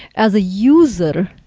as a user,